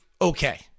Okay